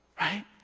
Right